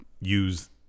use